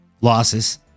losses